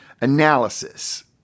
analysis